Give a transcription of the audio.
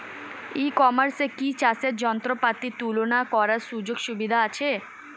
ই কমার্সে কি চাষের যন্ত্রপাতি তুলনা করার সুযোগ সুবিধা আছে?